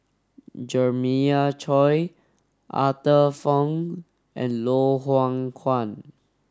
Jeremiah Choy Arthur Fong and Loh Hoong Kwan